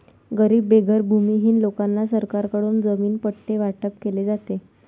गरीब बेघर भूमिहीन लोकांना सरकारकडून जमीन पट्टे वाटप केले जाते